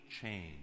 change